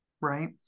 right